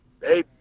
hey